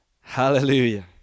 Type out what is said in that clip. Hallelujah